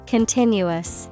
Continuous